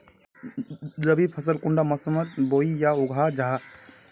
रवि फसल कुंडा मोसमोत बोई या उगाहा जाहा?